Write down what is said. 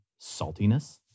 saltiness